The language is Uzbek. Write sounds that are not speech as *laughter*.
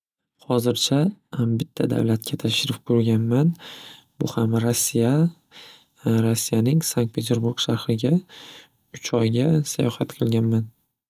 Hozircha bitta davlatga tashrif buyurganman. Bu ham Rossiya, *hesitation* Rossiyaning Sank Peterburg shahriga uch oyga sayohat qilganman.